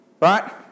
Right